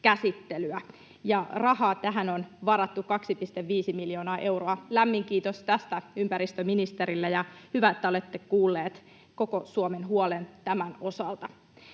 rahaa tähän on varattu 2,5 miljoonaa euroa. Lämmin kiitos tästä ympäristöministerille, ja hyvä, että olette kuullut koko Suomen huolen tämän osalta.